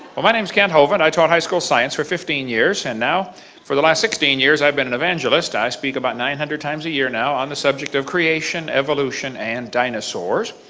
but my name is kent hovind. i taught high school science for fifteen years. and now for the last sixteen years i have been an evangelist. i speak about nine hundred times a year now on the subject of creation, evolution and dinosaurs.